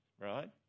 right